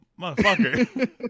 motherfucker